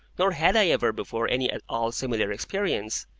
nor had i ever before any at all similar experience,